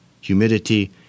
humidity